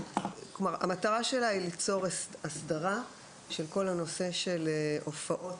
המטרה שלה היא ליצור הסדרה של כל הנושא של הופעות,